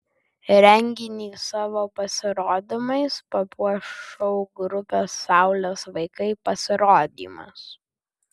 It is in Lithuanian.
renginį savo pasirodymais papuoš šou grupės saulės vaikai pasirodymas